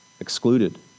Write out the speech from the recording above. excluded